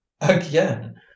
Again